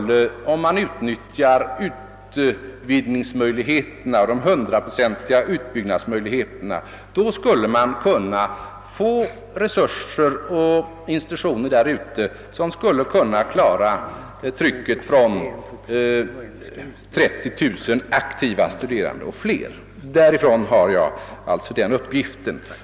Det är klarlagt att om utbyggnadsmöjligheterna hundraprocentigt tillvaratogs skulle det vara möjligt att få fram institutioner på Frescati-området som kunde klara trycket från 30 000 eller fler aktiva studerande. Därifrån har jag alltså den uppgiften.